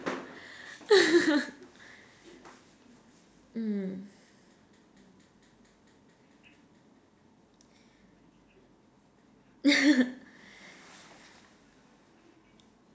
mm